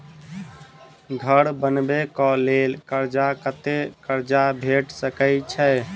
घर बनबे कऽ लेल कर्जा कत्ते कर्जा भेट सकय छई?